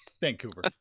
Vancouver